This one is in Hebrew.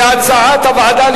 כהצעת הוועדה,